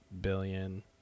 billion